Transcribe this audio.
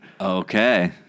Okay